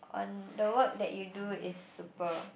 on the work that you do is super